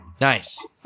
Nice